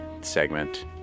segment